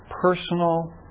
personal